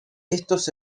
estos